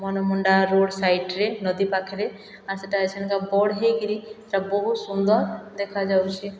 Manamunda road ସାଇଡ଼ରେ ନଦୀ ପାଖରେ ଆର୍ ସେଟା ସେନ୍ତା ବଡ଼୍ ହେଇକିରି ବହୁତ ସୁନ୍ଦର ଦେଖା ଯାଉଛେ